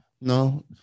no